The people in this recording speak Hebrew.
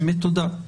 באמת תודה.